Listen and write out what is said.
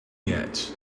yet